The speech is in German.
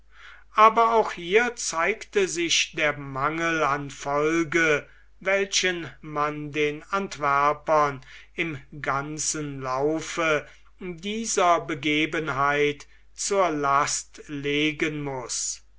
aber auch hier zeigte sich der mangel an folge welchen man den antwerpern im ganzen laufe dieser begebenheit zur last legen muß